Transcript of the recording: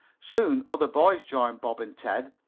soon other boys joined bob and ted,